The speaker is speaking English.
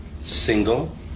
Single